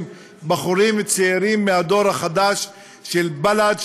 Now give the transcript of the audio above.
בחורים צעירים מהדור החדש של בל"ד,